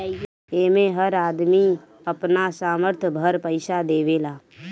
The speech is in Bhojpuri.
एमे हर आदमी अपना सामर्थ भर पईसा देवेला